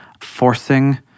forcing